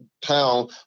town